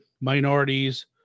minorities